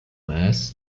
mass